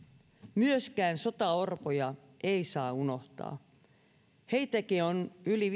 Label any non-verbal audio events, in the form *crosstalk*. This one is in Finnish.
myöskään sotaorpoja ei saa unohtaa heitäkin on yli *unintelligible*